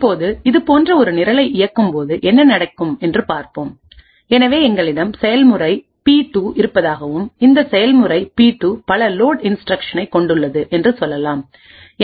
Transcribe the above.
இப்போது இது போன்ற ஒரு நிரலை இயக்கும்போது என்ன நடக்கும் என்று பார்ப்போம் எனவே எங்களிடம் செயல்முறை பி 2 இருப்பதாகவும் இந்த செயல்முறை பி 2 பல லோட் இன்ஸ்டிரக்ஷன்களைக் கொண்டுள்ளது என்றும் சொல்லலாம்